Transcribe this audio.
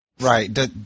Right